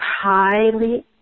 highly